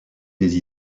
les